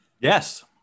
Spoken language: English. yes